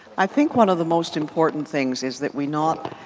i think one of the most important things is that we not,